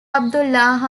abdullah